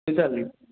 ঠিক আছে